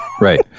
Right